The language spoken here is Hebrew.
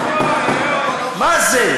מה זה?